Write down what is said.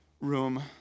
room